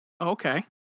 Okay